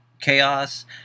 chaos